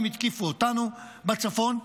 הם התקיפו אותנו בצפון,